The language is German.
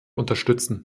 unterstützen